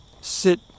sit